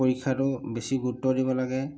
পৰীক্ষাতো বেছি গুৰুত্ব দিব লাগে